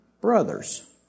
brothers